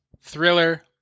thriller